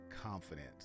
confidence